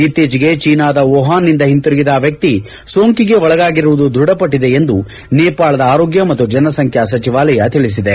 ಇತ್ತೀಚೆಗೆ ಚೀನಾದ ವುಹಾನ್ನಿಂದ ಹಿಂತಿರುಗಿದ ಆ ವ್ಯಕ್ತಿ ಸೋಂಕಿಗೆ ಒಳಗಾಗಿರುವುದು ದೃಢಪಟ್ಟದೆ ಎಂದು ನೇಪಾಳದ ಆರೋಗ್ನ ಮತ್ತು ಜನಸಂಖ್ನಾ ಸಚಿವಾಲಯ ತಿಳಿಸಿದೆ